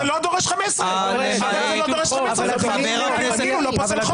זה לא דורש 15. זה פסק-דין רגיל, לא פוסל חוק.